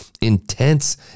intense